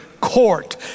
court